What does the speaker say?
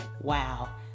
Wow